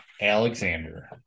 Alexander